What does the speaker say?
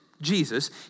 Jesus